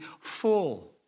full